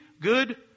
good